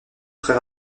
très